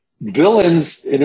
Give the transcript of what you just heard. Villains